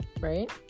right